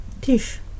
Tish